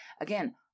Again